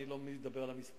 אני לא מדבר על המספרים,